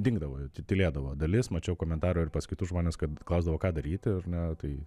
dingdavo tylėdavo dalis mačiau komentarų ir pas kitus žmones kad klausdavo ką daryti ar ne tai